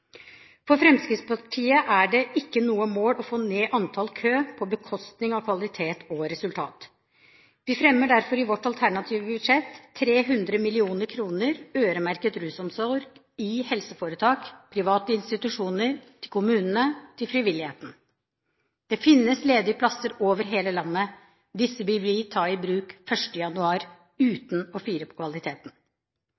For Fremskrittspartiet er det ikke noe mål å få ned antallet i kø på bekostning av kvalitet og resultat. Vi fremmer derfor i vårt alternative budsjett 300 mill. kr øremerket rusomsorg i helseforetak, private institusjoner, til kommunene, til frivilligheten. Det finnes ledige plasser over hele landet, og disse vil vi ta i bruk fra 1. januar